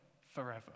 forever